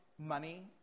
money